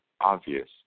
obvious